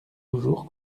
toujours